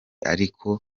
ariko